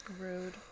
Rude